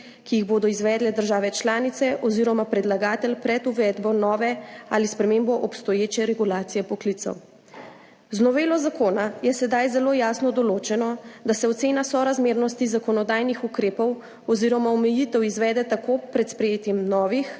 ki jih bodo izvedle države članice oziroma predlagatelj pred uvedbo nove ali spremembo obstoječe regulacije poklicev. Z novelo zakona je sedaj zelo jasno določeno, da se ocena sorazmernosti zakonodajnih ukrepov oziroma omejitev izvede tako pred sprejetjem novih